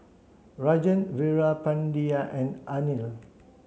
Rajan Veerapandiya and Anil